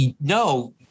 no